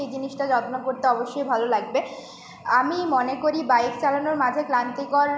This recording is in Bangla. সেই জিনিসটা যত্ন করতে অবশ্যই ভালো লাগবে আমি মনে করি বাইক চালানোর মাঝে ক্লান্তিকর